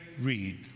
Read